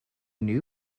new